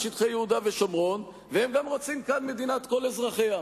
הם רוצים גם את שטחי יהודה ושומרון והם גם רוצים כאן מדינת כל אזרחיה.